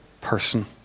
person